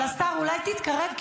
אבל השר, אולי תתקרב.